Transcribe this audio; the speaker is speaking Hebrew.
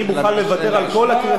אני מוכן לוותר על כל,